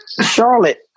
Charlotte